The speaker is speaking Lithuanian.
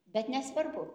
bet nesvarbu